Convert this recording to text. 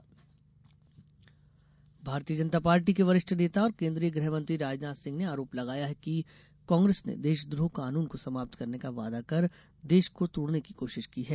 Rajnath Singh Bharatiya Janata Party के वरिष्ठ नेता और केन्द्रीय गृहमंत्री राजनाथ सिंह ने आरोप लगाया है कि कांग्रेस ने देशद्रोह कानून को समाप्त करने का वादा कर देश को तोड़ने की कोशिश की है